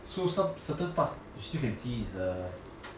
so some certain parts you still can see is a